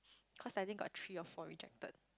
cause I think got three or four rejected